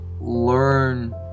learn